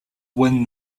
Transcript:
win